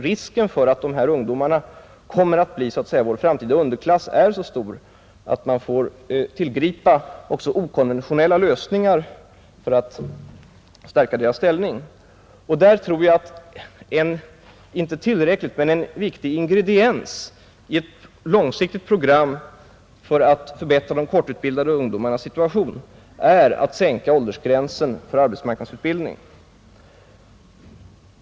Risken att dessa ungdomar kommer att bli vår framtida underklass är dock så stor, att man får tillgripa även okonventionella lösningar för att stärka deras ställning. Där tror jag att en inte tillräcklig men viktig ingrediens i ett långsiktigt program för att förbättra de kortutbildade ungdomarnas situation är att sänka åldersgränsen för arbetsmarknadsutbildning.